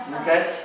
Okay